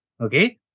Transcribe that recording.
okay